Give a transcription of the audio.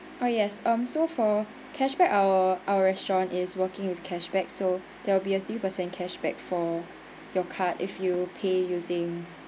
oh yes um so for cashback our our restaurant is working with cashback so there will be a three percent cashback for your card if you pay using